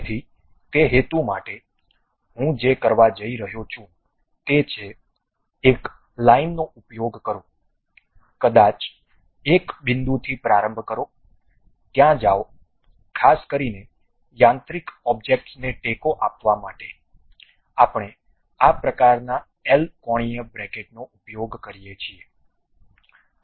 તેથી તે હેતુ માટે હું જે કરવા જઇ રહ્યો છું તે છે એક લાઇનનો ઉપયોગ કરો કદાચ એક બિંદુથી પ્રારંભ કરો ત્યાં જાઓ ખાસ કરીને યાંત્રિક ઓબ્જેક્ટ્સને ટેકો આપવા માટે આપણે આ પ્રકારના એલ કોણીય બ્રેકેટનો ઉપયોગ કરીએ છીએ